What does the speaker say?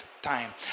time